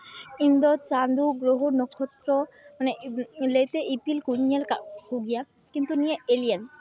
ᱤᱧᱫᱚ ᱪᱟᱸᱫᱚ ᱜᱨᱚᱦᱚ ᱱᱚᱠᱷᱚᱛᱨᱚ ᱢᱟᱱᱮ ᱞᱟᱹᱭᱛᱮ ᱤᱯᱤᱞ ᱠᱩᱧ ᱧᱮ ᱠᱟᱜ ᱠᱚᱜᱮᱭᱟ ᱠᱤᱱᱛᱩ ᱱᱤᱭᱟᱹ ᱮᱞᱤᱭᱟᱱ